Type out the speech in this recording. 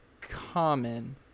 common